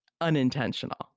unintentional